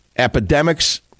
Epidemics